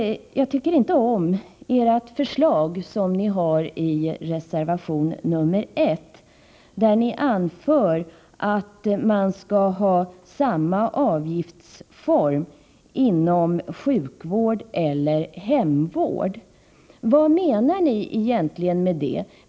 Jag tycker dock inte om era förslag i reservation nr 1, där ni anför att det skall vara samma avgiftsform för både sjukvården och hemvården. Vad menar ni egentligen med det?